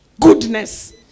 goodness